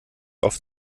oft